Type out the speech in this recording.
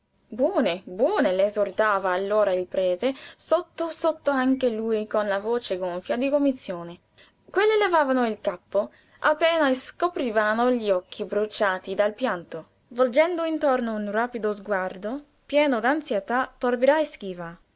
buone buone le esortava allora il prete sotto sotto anche lui con la voce gonfia di commozione quelle levavano il capo appena e scoprivano gli occhi bruciati dal pianto volgendo intorno un rapido sguardo pieno d'ansietà torbida e schiva